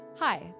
Hi